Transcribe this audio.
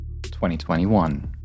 2021